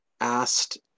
asked